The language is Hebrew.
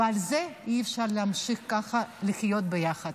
ועל זה אי-אפשר להמשיך ככה לחיות ביחד.